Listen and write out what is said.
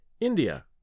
India